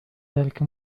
ذلك